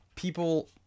People